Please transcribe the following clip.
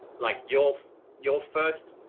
like your your first,